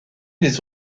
des